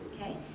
okay